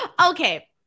Okay